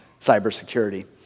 cybersecurity